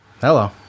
Hello